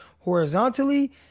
horizontally